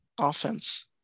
offense